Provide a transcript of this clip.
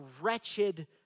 wretched